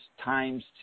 times